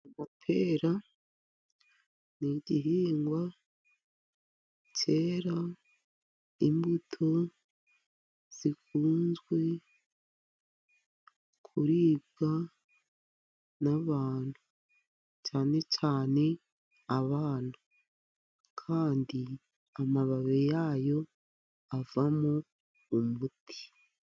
Amapera ni igihingwa cyera imbuto zikunzwe kuribwa n'abantu. Cyane cyane abana. Kandi amababi yayo avamo umuti.